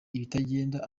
ibitagenda